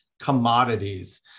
commodities